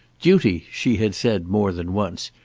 duty, she had said more than once,